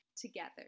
together